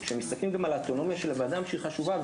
וכשמסתכלים גם על האוטונומיה של אדם שהיא חשובה,